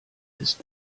ist